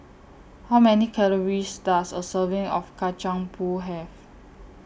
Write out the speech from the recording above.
How Many Calories Does A Serving of Kacang Pool Have